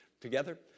Together